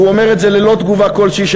והוא אומר את זה ללא תגובה כלשהי של